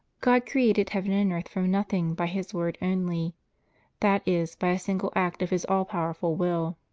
god created heaven and earth from nothing by his word only that is, by a single act of his all-powerful will.